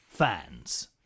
fans